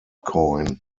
coin